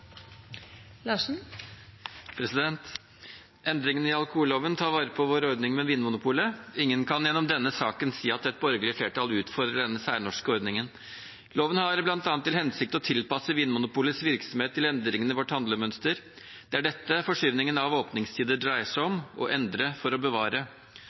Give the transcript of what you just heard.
Endringene i alkoholloven tar vare på vår ordning med Vinmonopolet. Ingen kan gjennom denne saken si at et borgerlig flertall utfordrer denne særnorske ordningen. Loven har bl.a. til hensikt å tilpasse Vinmonopolets virksomhet til endringene i vårt handlemønster. Det er dette forskyvningen av åpningstider dreier seg om: å endre for å bevare.